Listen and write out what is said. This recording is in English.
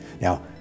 Now